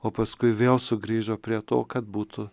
o paskui vėl sugrįžo prie to kad būtų